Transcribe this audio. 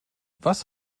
was